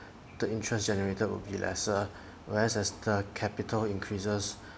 the interest generated will be lesser whereas as the capital increases